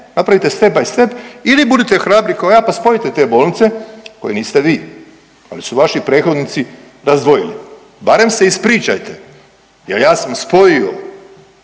napravite step by step ili budete hrabri kao ja pa spojite te bolnice, koje niste vi, ali su vaši prethodnici razdvojili, barem se ispričajte jel ja sam spojio